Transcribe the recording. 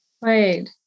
Right